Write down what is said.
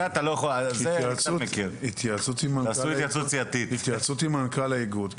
זה בהתייעצות עם מנכ"ל האיגוד.